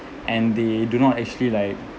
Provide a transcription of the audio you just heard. and they do not actually like